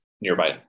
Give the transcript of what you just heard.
nearby